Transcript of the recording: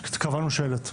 פשוט קבענו שלט.